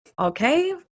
okay